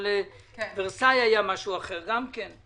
אבל אסון ורסאי היה משהו אחר גם כן.